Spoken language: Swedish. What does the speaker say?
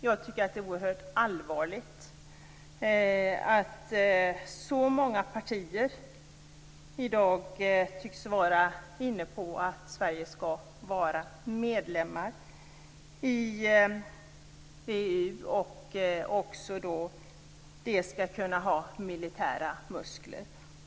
Jag tycker att det är oerhört allvarligt att så många partier i dag tycks vara inne på att Sverige skall vara medlem i EU och att EU skall kunna ha militära muskler.